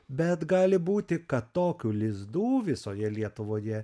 bet gali būti kad tokių lizdų visoje lietuvoje